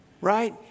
right